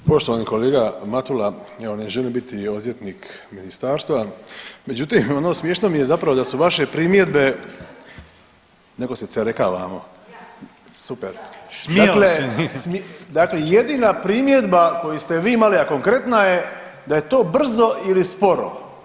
Poštovani kolega Matula, evo ne želim biti odvjetnik ministarstva, međutim ono smiješno mi je zapravo da su vaše primjedbe, neko se cereka vamo, super [[Upadica: Smijali su mi se.]] Dakle, jedina primjedba koju ste vi imali, a konkretna je da je to brzo ili sporo.